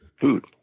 food